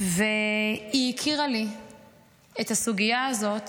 והיא הכירה לי את הסוגיה הזאת